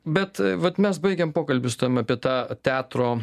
bet vat mes baigėm pokalbius ten apie tą teatro